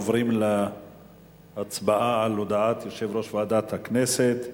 אנחנו עוברים להצבעה על הודעת יושב-ראש ועדת הכנסת.